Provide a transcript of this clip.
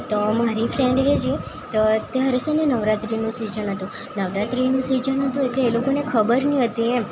તો મારી ફ્રેન્ડ છેને જે તો ત્યારે છે ને નવરાત્રીનું સિજન હતું નવરાત્રીનું સિજન હતું એટલે એ લોકોને ખબર નહીં હતી એમ